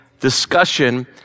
discussion